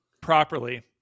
properly